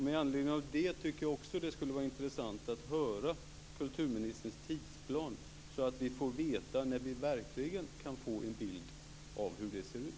Med anledning av det tycker jag också att det skulle vara intressant att höra kulturministerns tidsplan, så att vi får veta när vi verkligen kan få en bild av hur det ser ut.